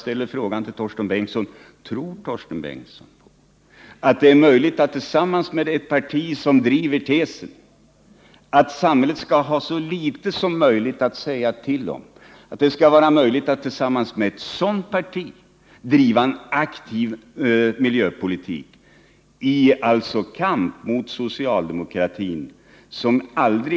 Tror Torsten Bengtson att det är möjligt att föra en aktiv miljöpolitik tillsammans med ett parti som driver tesen att samhället skall ha så litet som möjligt att säga till om? Den politik som moderata samlingspartiet här förespråkar kommer socialdemokratin att bekämpa.